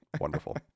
wonderful